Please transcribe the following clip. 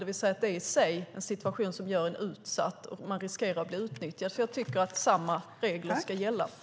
Det är i sig en situation som gör migrantarbetarna utsatta och ökar risken för att de ska bli utnyttjade. Jag tycker att samma regler ska gälla alla.